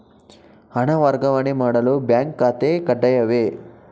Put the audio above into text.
ಹಣ ವರ್ಗಾವಣೆ ಮಾಡಲು ಬ್ಯಾಂಕ್ ಖಾತೆ ಕಡ್ಡಾಯವೇ?